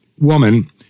woman